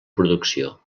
producció